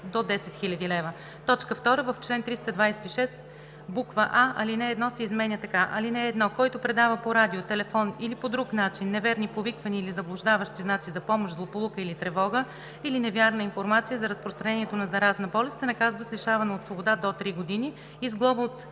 до 10 000 лв.“ 2. В чл. 326: а) алинея 1 се изменя така: „(1) Който предава по радио, телефон или по друг начин неверни повиквания или заблуждаващи знаци за помощ, злополука или тревога, или невярна информация за разпространението на заразна болест, се наказва с лишаване от свобода до три години и с глоба от